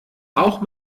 auch